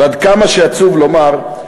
ועד כמה שעצוב לומר,